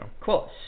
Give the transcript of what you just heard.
Cool